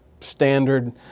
standard